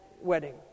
wedding